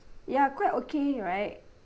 ya quite okay right